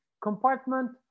compartment